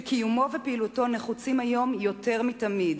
שקיומו ופעילותו נחוצים היום יותר מתמיד,